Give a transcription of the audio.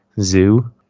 zoo